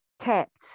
kept